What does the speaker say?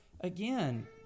again